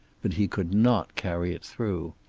but he could not carry it through.